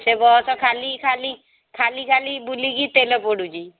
ସେ ବସ୍ ଖାଲି ଖାଲି ଖାଲି ଖାଲି ବୁଲିକି ତେଲ ପୋଡ଼ୁଛି